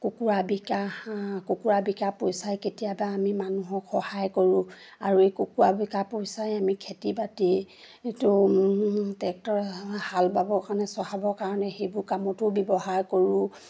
কুকুৰা বিকা হাঁহ কুকুৰা বিকা পইচাই কেতিয়াবা আমি মানুহক সহায় কৰোঁ আৰু এই কুকুৰা বিকা পইচাই আমি খেতি বাতি ট্ৰেক্টৰ হাল বাবৰ কাৰণে চহাবৰ কাৰণে সেইবোৰ কামতো ব্যৱহাৰ কৰোঁ